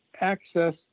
access